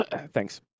thanks